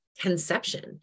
conception